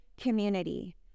community